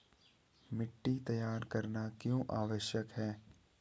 मिट्टी तैयार करना क्यों आवश्यक है?